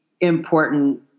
important